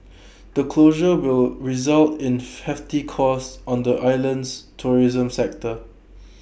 the closure will result in hefty costs on the island's tourism sector